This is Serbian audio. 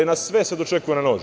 Sve se dočekuje na nož.